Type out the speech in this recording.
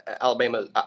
Alabama